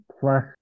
plus